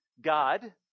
God